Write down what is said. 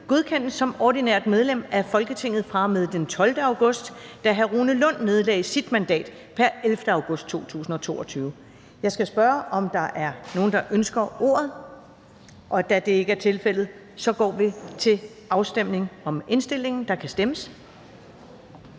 godkendes som ordinært medlem af Folketinget fra og med den 12. august 2022, da Rune Lund nedlagde sit mandat pr. 11. august 2022. Er der nogen, der ønsker ordet? Da det ikke er tilfældet, går vi til afstemning. Kl. 13:01 Afstemning